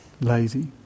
lazy